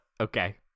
Okay